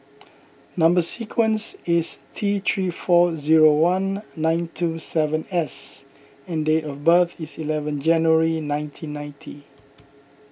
Number Sequence is T three four zero one nine two seven S and date of birth is eleven January nineteen ninety